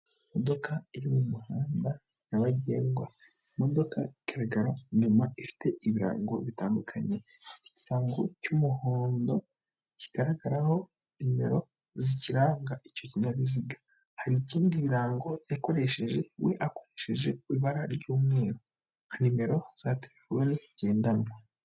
Imodoka iri mu muhanda nyabagendwa, imodoka igaragara inyuma ifite ibirango bitandukanye ikirango cy'umuhondo kigaragaraho nimero zikiranga, icyo kinyabiziga hari ibindi birango yakoresheje we akoresheje ibara ry'umweru, nka nimero za terefoni ngendanwa.